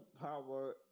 power